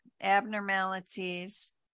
abnormalities